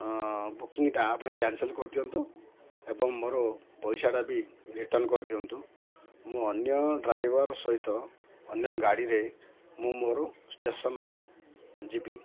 ବୁକିଂଟା ଆପଣେ କ୍ୟାନସେଲ କରିଦିଅନ୍ତୁ ଏବଂ ମୋର ପଇସାଟା ବି ରିଟର୍ଣ୍ଣ କରିଦିଅନ୍ତୁ ମୁଁ ଅନ୍ୟ ଡ୍ରାଇଭର ସହିତ ଅନ୍ୟ ଗାଡ଼ିରେ ମୁଁ ମୋର ଷ୍ଟେସନ ଯିବି